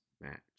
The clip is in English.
match